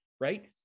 right